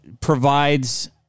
provides